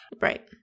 Right